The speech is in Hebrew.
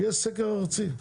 שיהיה סקר ארצי.